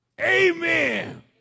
Amen